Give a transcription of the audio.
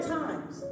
times